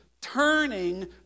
turning